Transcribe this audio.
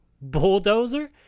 bulldozer